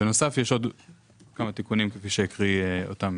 בנוסף יש עוד כמה תיקונים כפי שהקריא אותם